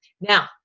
now